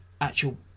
actual